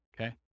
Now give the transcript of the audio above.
Okay